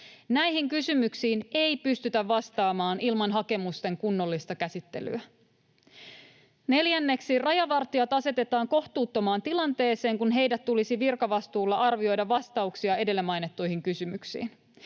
Näihin kysymyksiin ei pystytä vastaamaan ilman hakemusten kunnollista käsittelyä. Neljänneksi rajavartijat asetetaan kohtuuttomaan tilanteeseen, kun heidän tulisi virkavastuulla arvioida vastauksia edellä mainittuihin kysymyksiin.